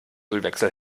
ölwechsel